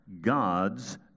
God's